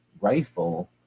rifle